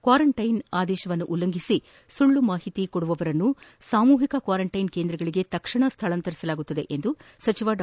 quarantine ಉಲ್ಲಂಘನೆ ಸುಳ್ಳು ಮಾಹಿತಿ ನೀಡಿದವರನ್ನು ಸಾಮೂಹಿಕ ಕ್ವಾರಂಟೈನ್ ಕೇಂದ್ರಗಳಿಗೆ ತಕ್ಷಣ ಸ್ನಳಾಂತರಿಸಲಾಗುವುದು ಎಂದು ಸಚಿವ ಡಾ